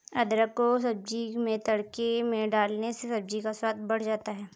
अदरक को सब्जी में तड़के में डालने से सब्जी का स्वाद बढ़ जाता है